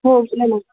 हो